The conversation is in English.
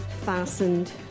fastened